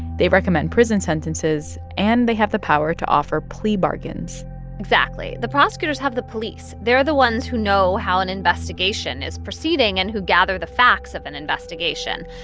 they recommend prison sentences, and they have the power to offer plea bargains exactly. the prosecutors have the police. they're the ones who know how an investigation is proceeding and who gather the facts of an investigation.